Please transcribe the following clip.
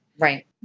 Right